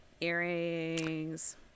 earrings